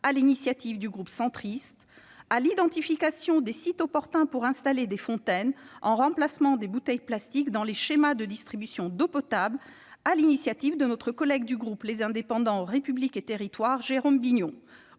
l'initiative du groupe centriste ; à l'identification des sites opportuns pour installer des fontaines, en remplacement des bouteilles plastiques, dans les schémas de distribution d'eau potable, grâce à notre collègue du groupe Les Indépendants- République et Territoires, Jérôme Bignon